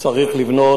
צריך לבנות,